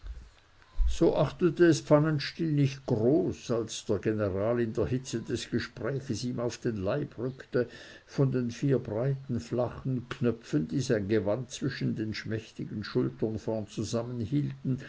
so achtete es pfannenstiel nicht groß als der general in der hitze des gespräches ihm auf den leib rückte von den vier breiten flachen knöpfen die sein gewand zwischen den schmächtigen schultern vorn